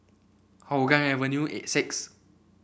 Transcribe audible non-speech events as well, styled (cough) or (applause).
Hougang Avenue (unintelligible) six